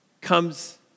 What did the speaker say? comes